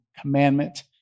commandment